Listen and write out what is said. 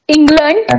England